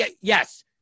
yes